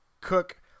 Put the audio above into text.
Cook